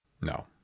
No